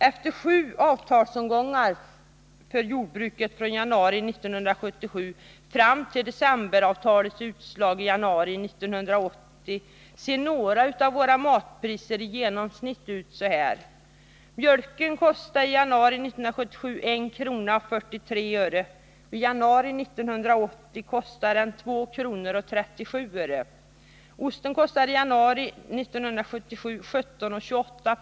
Efter sju avtalsomgångar för jordbruket från januari 1977 fram till decemberavtalets utslag i januari 1980 ser några av våra matpriser i genomsnitt ut så här: Mjölken kostade i januari 1977 1:43 kr, per liter. I januari 1980 kostade den 2:37 kr. per liter. Osten kostade i januari 1977 17:28 kr.